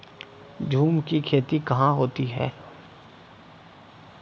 झूम की खेती कहाँ होती है?